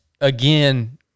again